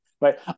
right